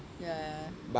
ya ya ya